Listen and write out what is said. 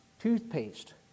toothpaste